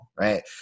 right